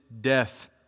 death